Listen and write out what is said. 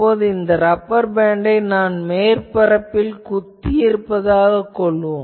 இப்போது இந்த ரப்பர் பேண்ட்டை நான் மேற்பரப்பில் குத்தியிருப்பதாகக் கொள்வோம்